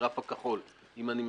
הגרף הכחול, אם אני מסכם.